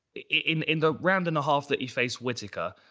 in in the round and a half that he faced whittaker,